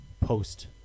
post